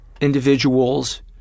individuals